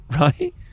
right